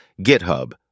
GitHub